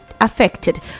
affected